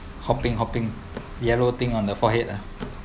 hopping hopping yellow thing on the forehead ah